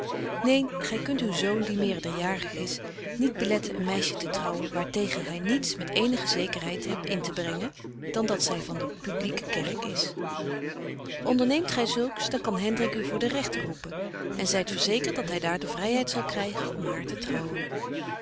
neen gy kunt uw zoon die meerderjarig is niet beletten een meisje te trouwen waar tegen gy niets met eenige zekerheid hebt intebrengen betje wolff en aagje deken historie van mejuffrouw sara burgerhart dan dat zy van de publycque kerk is onderneemt gy zulks dan kan hendrik u voor den rechter roepen en zyt verzekert dat hy daar de vryheid zal krygen om haar te trouwen